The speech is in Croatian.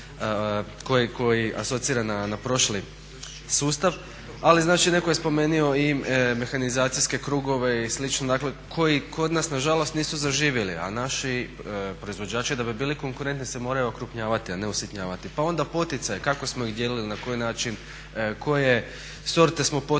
koji asocira na prošli sustav, ali znači netko je spomenuo i mehanizacijske krugove i slično koji kod nas nažalost nisu zaživjeli. A naši proizvođači da bi bili konkurentni se moraju okrupnjavati, a ne usitnjavati. Pa onda poticaji, kako smo ih dijelili i na koji način, koje sorte smo poticali